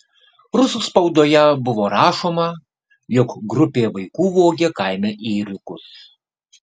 rusų spaudoje buvo rašoma jog grupė vaikų vogė kaime ėriukus